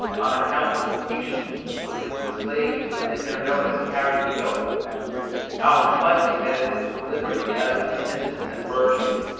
on account of the patience with which the slaves within their notice carry the yoke not reflecting that it is with liberty as with innocence and virtue,